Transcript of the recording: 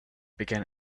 began